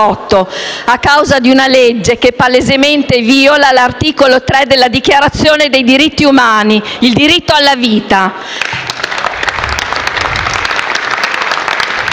a causa di una legge che palesemente viola l'articolo 3 della Dichiarazione dei diritti umani, il diritto alla vita.